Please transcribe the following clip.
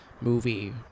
movie